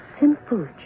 simple